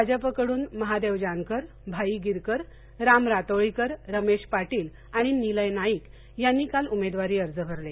भाजपकडून महादेव जानकर भाई गिरकर राम रातोळीकर रमेश पाटील वाणि निलय नाईक यांनी काल उमेदवारी अर्ज भरले